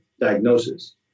diagnosis